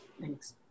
thanks